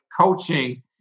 coaching